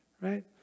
right